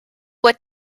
what